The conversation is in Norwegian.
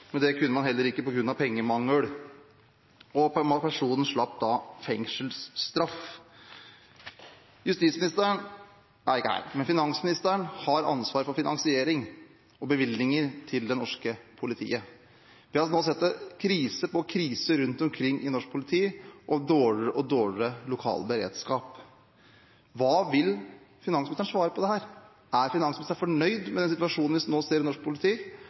men det kunne man ikke på grunn av pengemangel. Personen slapp da fengselsstraff. Justisministeren er ikke her, men finansministeren har ansvar for finansiering og bevilgninger til det norske politiet. Vi har nå sett krise på krise rundt omkring i norsk politi og dårligere og dårligere lokal beredskap. Hva vil finansministeren svare på dette? Er finansministeren fornøyd med den situasjonen vi nå ser i norsk politi,